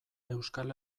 euskal